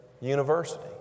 university